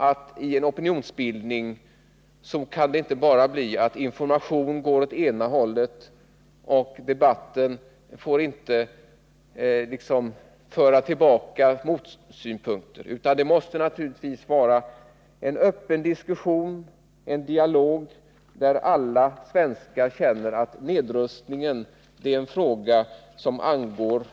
I den opinionsbildningen får informationen inte bara gå åt ena hållet och debatten inte föras på så sätt att motsynpunkter inte kommer fram. Det måste naturligtvis vara en öppen diskussion och en dialog, så att alla svenskar känner att nedrustningen är en fråga som angår dem.